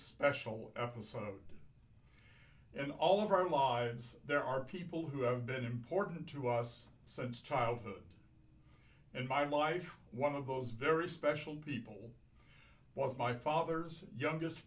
special episode and all of our lives there are people who have been important to us since childhood and my life one of those very special people was my father's youngest